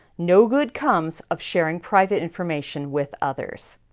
no good comes of sharing private information with others.